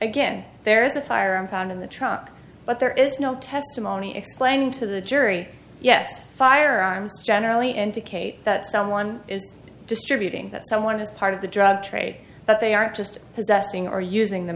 again there is a firearm found in the truck but there is no testimony explaining to the jury yes firearms generally indicate that someone is distributing that someone is part of the drug trade but they aren't just possessing or using the